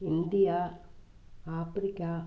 India Africa